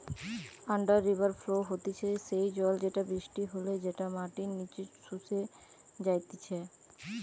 under river flow হতিছে সেই জল যেটা বৃষ্টি হলে যেটা মাটির নিচে শুষে যাইতিছে